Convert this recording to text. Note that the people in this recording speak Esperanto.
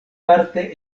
parte